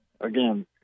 again